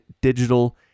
digital